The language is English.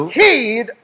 heed